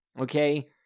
Okay